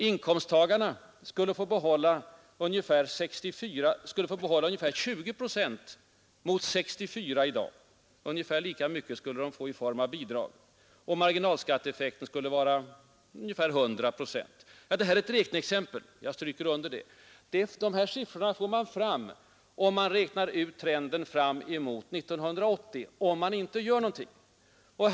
Inkomsttagarna skulle få behålla ungefär 20 procent mot 64 i dag. Ungefär lika mycket skulle de få i form av bidrag. Marginalskatteeffekten skulle vara ungefär 100 procent. Detta är ett räkneexempel — jag stryker under det. De här siffrorna får man fram, om man räknar ut trenden fram emot 1980 — under förutsättning alltså att det inte görs någonting för att hejda utvecklingen.